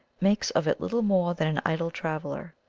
makes of it little more than an idle traveller,